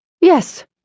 Yes